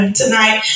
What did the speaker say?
tonight